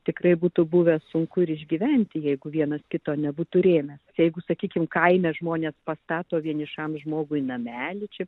tikrai būtų buvę sunku ir išgyventi jeigu vienas kito nebūtų rėmęs jeigu sakykim kaime žmonės pastato vienišam žmogui namelį čia